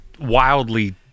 wildly